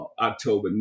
October